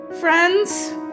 friends